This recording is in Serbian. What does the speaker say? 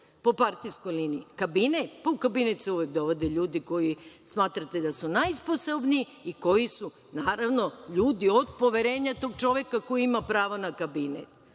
po partijskoj liniji. Kabinet? U kabinet se uvek dovode ljudi za koje smatrate da su najsposobniji i koji su ljudi od poverenja tog čoveka koji ima pravo na kabinet.